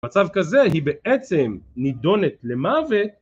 מצב כזה היא בעצם נידונת למוות.